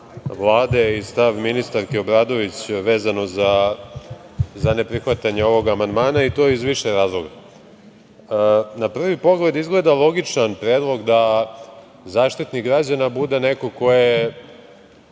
Vlade i stav ministarke Obradović, vezano za neprihvatanje ovog amandman, i to iz više razloga. Na prvi pogled izgleda logičan predlog da Zaštitnik građana bude neko ko je